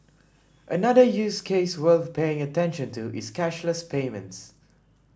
another use case worth paying attention to is cashless payments